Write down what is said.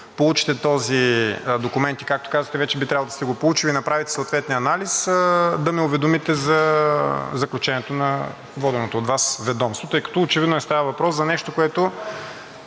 получите този документ, както казвате, вече би трябвало да сте го получил, и направите съответния анализ да ме уведомите за заключението на воденото от Вас ведомство, тъй като очевидно става въпрос за нещо, което